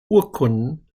urkunden